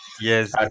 Yes